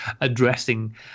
addressing